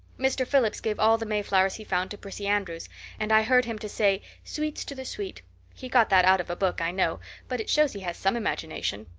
mr. phillips gave all the mayflowers he found to prissy andrews and i heard him to say sweets to the sweet he got that out of a book, i know but it shows he has some imagination.